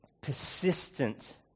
persistent